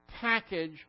package